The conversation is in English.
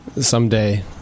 someday